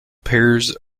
pairs